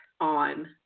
on